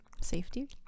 Safety